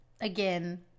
again